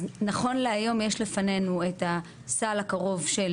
אז נכון להיום יש לפנינו את הסל הקרוב של